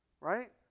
right